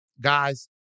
guys